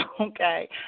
Okay